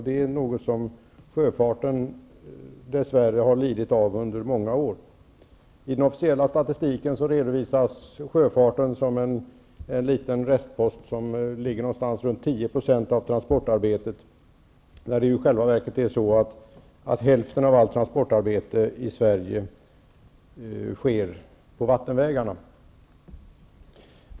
Det är någonting som sjöfarten dess värre har lidit av under många år. I den officiella statistiken redovisas sjöfarten som en liten restpost som ligger någonstans runt 10 % av transportarbetet, när det i själva verket är så att hälften av allt transportarbete i Sverige sker på vattenvägarna.